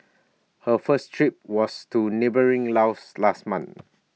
her first trip was to neighbouring Laos last month